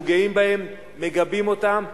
אנחנו גאים בהם, מגבים אותם.